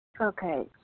Okay